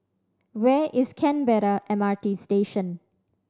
where is Canberra M R T Station